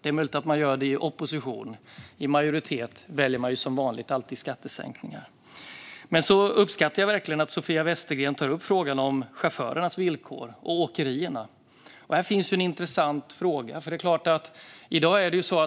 Det är möjligt att man gör det i opposition. I majoritet väljer man som vanligt alltid skattesänkningar. Jag uppskattar verkligen att Sofia Westergren tar upp frågan om chaufförernas villkor och åkerierna. Här finns en intressant fråga.